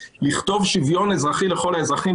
לכתוב שוויון אזרחי לכל האזרחים,